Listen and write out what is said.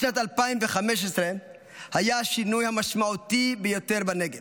בשנת 2015 היה השינוי המשמעותי ביותר בנגב,